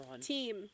Team